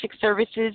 Services